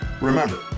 remember